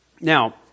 Now